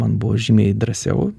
man buvo žymiai drąsiau